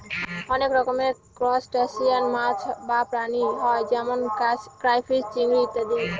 অনেক রকমের ত্রুসটাসিয়ান মাছ বা প্রাণী হয় যেমন ক্রাইফিষ, চিংড়ি ইত্যাদি